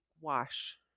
wash